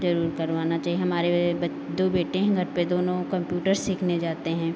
ज़रूर करवाना चाहिए हमारे ब दो बेटे हैं घर पे दोनों कम्प्यूटर सीखने जाते हैं